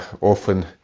often